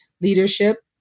leadership